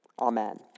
Amen